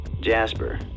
Jasper